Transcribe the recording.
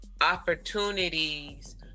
opportunities